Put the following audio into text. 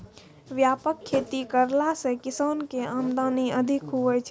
व्यापक खेती करला से किसान के आमदनी अधिक हुवै छै